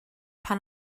pan